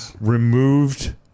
removed